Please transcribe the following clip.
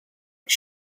his